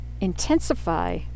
intensify